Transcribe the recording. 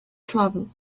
travel